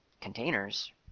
containers